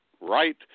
right